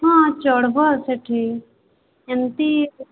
ହଁ ଚଳିବ ସେଇଠି ଏମିତି